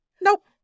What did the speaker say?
nope